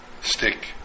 stick